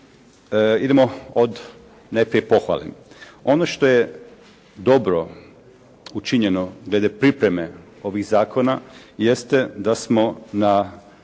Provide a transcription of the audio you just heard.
Idemo od najprije pohvale. Ono što je dobro učinjeno glede pripreme ovih zakona jeste da smo na